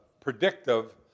predictive